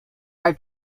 are